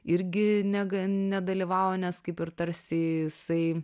irgi nega nedalyvavo nes kaip ir tarsi jisai